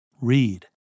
Read